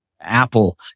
Apple